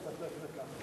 אני מסתפק בכך.